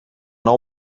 nou